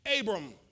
Abram